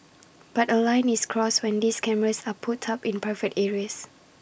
but A line is crossed when these cameras are put up in private areas